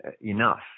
enough